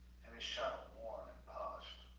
and his shuttle warm and polished.